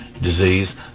disease